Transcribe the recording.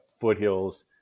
foothills